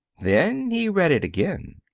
then he read it again.